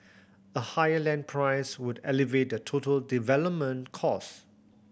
a higher land price would elevate the total development cost